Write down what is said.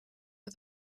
for